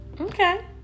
okay